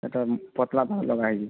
ସେଇଟା ପତଲା ତଲ ଲଗାହେଇଛି